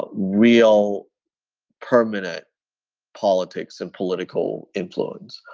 but real permanent politics and political influence?